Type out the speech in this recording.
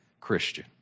Christian